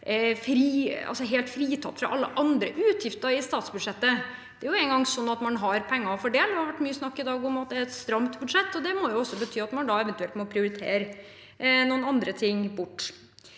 helt frikoblet fra alle andre utgifter i statsbudsjettet. Det er engang sånn at man har penger å fordele. Det har i dag vært mye snakk om at det er et stramt budsjett, og det må jo bety at man eventuelt må nedprioritere noen andre ting. For